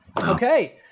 Okay